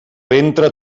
ventre